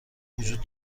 وجود